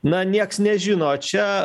na nieks nežino čia